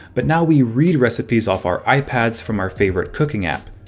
but now we read recipes off our ipads from our favorite cooking app.